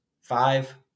five